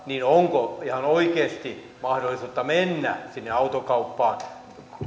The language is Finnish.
niin onko ihan oikeasti mahdollisuutta mennä sinne autokauppaan